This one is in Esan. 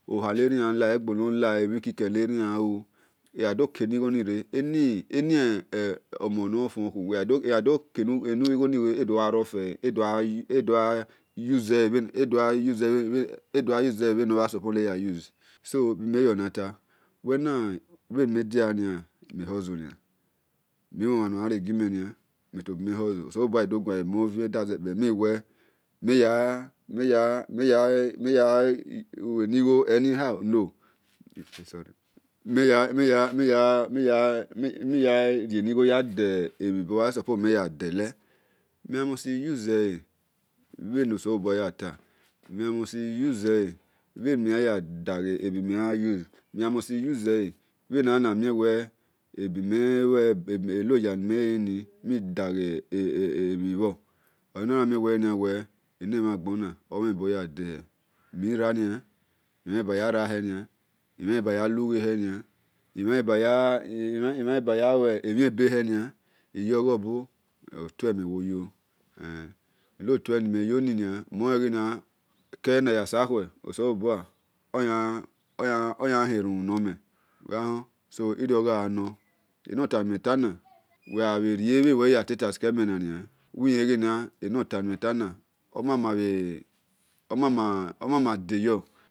Oha nerian lar egbo nerian la emhi kike neria egha doke nigho nire eni omo nor fuokhun egha dor kenighoni re edogha rough ele edogha usele bhenor mhan kheke ne ya use bi mel yor natal so bime yor nata mheni mel bhe ni mediana mel hustlenia mi mhon mha nor ijan rie gimenia mel tobi mel hustle mel ghi wel me ghi ya rie nigho any how no miya yeni gho luebime mhan kheke nime yadele mel musi usele bheno selobua yato memusti usele bheno selobua yata memusi use bhe na na mie wel enoya nime leni emhi bhor onamie wel ghenia wel emlen na ghona omhen bor ya day hel mirania mel mhale baya rahe nia mel mhale baya lughe hel nia imhan lebaya luemhien behel nia iyogho bo otue mel woyo enohie ni bo otue mel woyo enolue ni meyoninia kenayasakhue oselobua oyan herumu nor mel so irio gha nor enota nime tana wel gha bhe rie bhe nuwel yatota sikemena nia omana bhe deyor